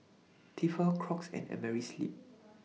Tefal Crocs and Amerisleep